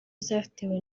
zatewe